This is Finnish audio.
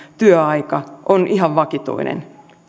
työaika on ihan vakituinen